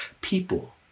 people